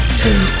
two